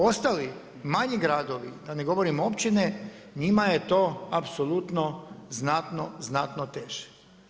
Ostali manji gradovi, da ne govorim općine, njima je to apsolutno znatno, znatno teže.